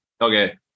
Okay